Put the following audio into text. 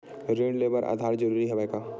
ऋण ले बर आधार जरूरी हवय का?